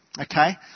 Okay